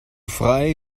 frei